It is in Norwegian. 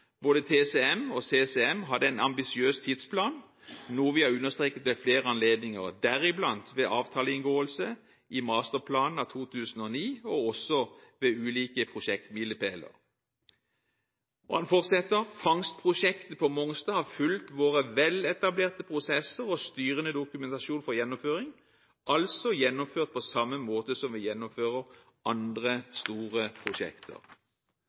Både TCM og CCM hadde en ambisiøs tidsplan, noe vi har understreket ved flere anledninger, deriblant ved avtaleinngåelse i Masterplanen av 2009, og også ved ulike prosjektmilepæler.» Og han fortsetter: «Fangstprosjektet på Mongstad har fulgt våre veletablerte prosesser og styrende dokumentasjon for gjennomføring, altså gjennomført på samme måte som vi gjennomfører andre store prosjekter.»